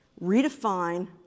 redefine